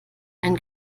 ein